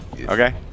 Okay